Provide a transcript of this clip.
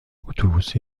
اتوبوسی